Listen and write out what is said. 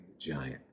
giant